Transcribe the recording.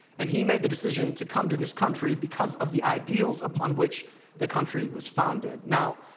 and he made the decision to come to this country because of the ideals upon which the country was founded. now,